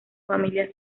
familia